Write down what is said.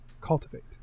cultivate